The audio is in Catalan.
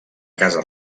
casa